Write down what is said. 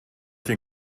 den